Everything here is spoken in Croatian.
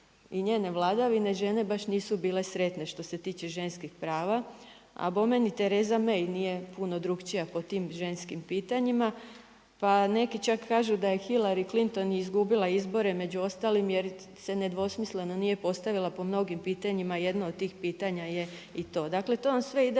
i njene vladavine, žene baš nisu bile sretne što se tiče ženskih prava, a bome ni Theresa May nije puno drugačija po tim ženskim pitanjima, pa neki čak kažu da je Hillary Clinton izgubila izbore, među ostalim jer se nedvosmisleno nije postavila po mnogim pitanjima, jedno od pitanja je i to. Dakle, to vam sve ide